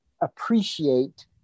appreciate